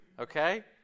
Okay